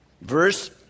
verse